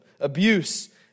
abuse